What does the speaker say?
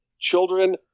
Children